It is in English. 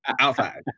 outside